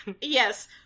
Yes